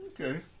Okay